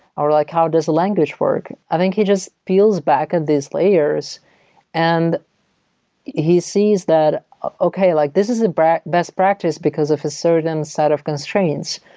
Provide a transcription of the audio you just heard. or like how does language work? i think he just peels back at these layers and he sees that okay, like this is a best practice because of a certain set of constraints.